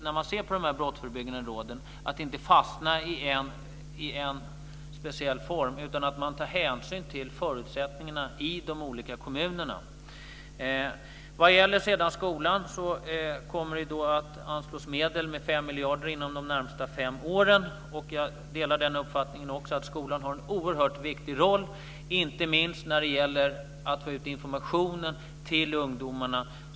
När man ser på de här brottsförebyggande råden tror jag att det är viktigt att man inte fastnar i en speciell form, utan att man tar hänsyn till förutsättningarna i de olika kommunerna. Vad sedan gäller skolan kommer det att anslås medel, 5 miljarder inom de närmsta fem åren. Jag delar uppfattningen att skolan har en oerhört viktig roll, inte minst när det gäller att få ut informationen till ungdomarna.